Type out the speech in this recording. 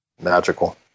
Magical